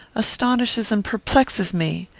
astonishes and perplexes me.